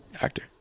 actor